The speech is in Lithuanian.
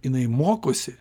jinai mokosi